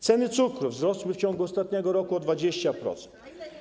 Ceny cukru wzrosły w ciągu ostatniego roku o 20%.